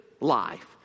life